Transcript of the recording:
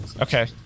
Okay